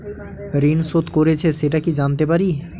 ঋণ শোধ করেছে সেটা কি জানতে পারি?